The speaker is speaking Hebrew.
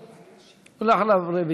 ואחריו,